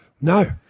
No